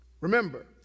Remember